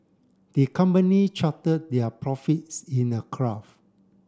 the company charted their profits in a graph